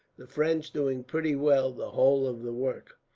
the french doing pretty well the whole of the work.